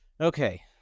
Okay